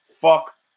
fuck